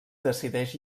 decideix